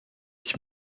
ich